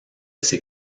ses